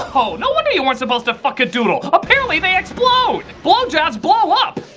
whoa! no wonder you weren't supposed to fuck a doodle, apparently they explode! blowjobs blow up!